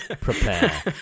prepare